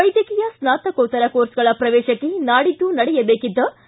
ವೈದ್ಯಕೀಯ ಸ್ನಾತಕೋತ್ತರ ಕೋರ್ಸ್ಗಳ ಪ್ರವೇಶಕ್ಕೆ ನಾಡಿದ್ದು ನಡೆಯಬೇಕಿದ್ಲ